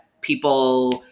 people